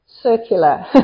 circular